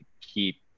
keep